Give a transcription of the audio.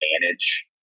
manage